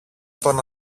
τον